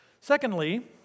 Secondly